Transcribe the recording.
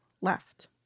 left